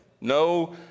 No